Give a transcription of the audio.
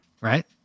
right